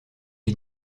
est